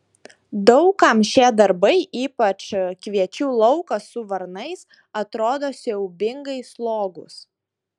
daug kam šie darbai ypač kviečių laukas su varnais atrodo siaubingai slogūs